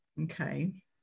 Okay